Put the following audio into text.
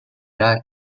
喜爱